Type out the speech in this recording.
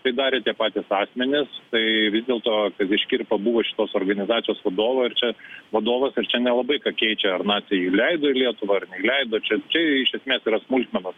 tai darė tie patys asmenys tai vis dėlto škirpa buvo šitos organizacijos vadovu ir čia vadovas ir čia nelabai ką keičia ar naciai įleido į lietuvą ar neįleido čia čia iš esmės yra smulkmenos